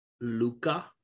Luca